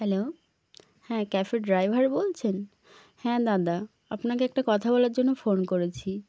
hello হ্যাঁ ক্যাফের driver বলছেন হ্যাঁ দাদা আপনাকে একটা কথা বলার জন্য ফোন করেছি